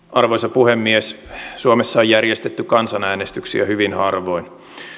arvoisa puhemies suomessa on järjestetty kansanäänestyksiä hyvin harvoin